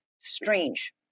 strange